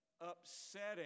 upsetting